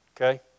Okay